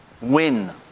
win